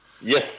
Yes